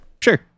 Sure